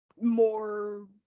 more